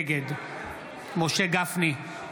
נגד משה גפני,